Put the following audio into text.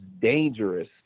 dangerous